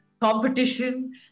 competition